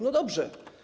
No dobrze.